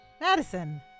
Madison